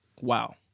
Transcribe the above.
wow